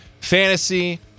Fantasy